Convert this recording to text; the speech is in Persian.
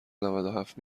نودوهفت